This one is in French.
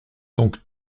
donc